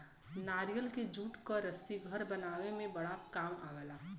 नारियल के जूट क रस्सी घर बनावे में बड़ा काम आवला